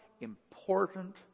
important